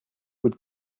would